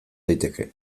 daiteke